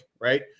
right